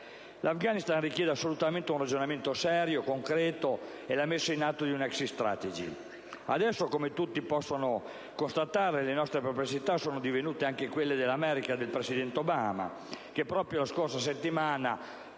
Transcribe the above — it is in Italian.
L'Afghanistan richiede un ragionamento serio, concreto, e la messa in atto di una *exit strategy*. Adesso, come tutti possono constatare, le nostre perplessità sono divenute anche quelle dell'America del presidente Obama, che proprio la scorsa settimana